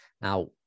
Now